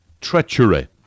treachery